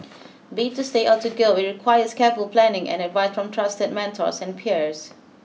be it to stay or to go it requires careful planning and advice from trusted mentors and peers